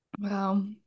Wow